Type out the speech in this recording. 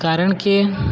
કારણ કે